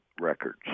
records